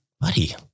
buddy